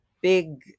big